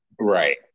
Right